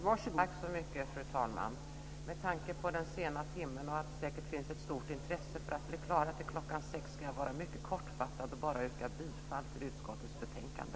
Fru talman! Med tanke på den sena timmen och att det säkert finns ett stort intresse för att vi ska bli klara till kl. 18 så ska jag vara mycket kortfattad och bara yrka bifall till förslaget i utskottets betänkande.